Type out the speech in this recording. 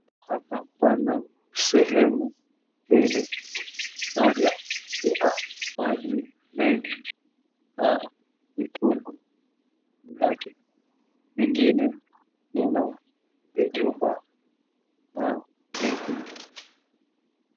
Hapa pana sehemu mbili. Moja ina maji mengi na mitumbwi juu yake. Lingine lina vijumba na miti.